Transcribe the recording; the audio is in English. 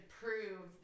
prove